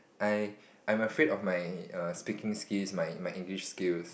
I I'm afraid of my err speaking skills my my English skills